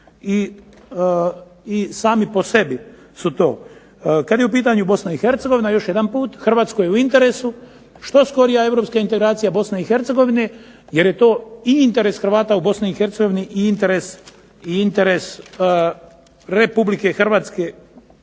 i sami po sebi su to. Kada je u pitanju Bosna i Hercegovina još jedanput Hrvatskoj je u interesu što skorija Europska integracija Bosne i Hercegovine jer je to interes Hrvata u Bosni i Hercegovini i interes Republike Hrvatske.